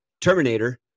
Terminator